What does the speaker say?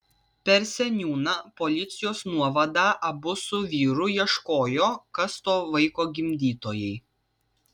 per seniūną policijos nuovadą abu su vyru ieškojo kas to vaiko gimdytojai